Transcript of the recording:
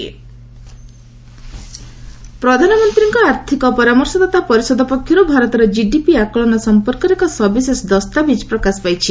EACPM note ପ୍ରଧାନମନ୍ତ୍ରୀଙ୍କ ଆର୍ଥିକ ପରାମର୍ଶଦାତା ପରିଷଦ ପକ୍ଷରୁ ଭାରତର ଜିଡିପି ଆକଳନ ସଂପର୍କରେ ଏକ ସବିଶେଷ ଦସ୍ତାବିଜ୍ ପ୍ରକାଶ ପାଇଛି